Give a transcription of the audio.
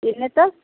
कितने तक